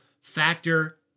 Factor